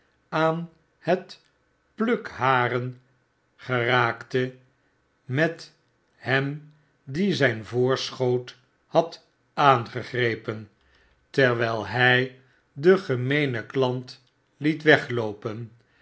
aan het plukharen geraakte met hem die zyn voorschoot had aangegrepen terwyl hy den gemeenen klant liet wegloopen